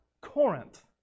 Corinth